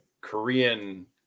Korean